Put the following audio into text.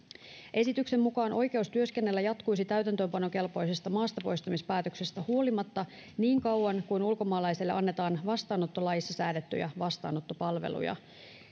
esityksen mukaan oikeus työskennellä jatkuisi täytäntöönpanokelpoisesta maastapoistamispäätöksestä huolimatta niin kauan kuin ulkomaalaiselle annetaan vastaanottolaissa säädettyjä vastaanottopalveluja